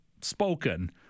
spoken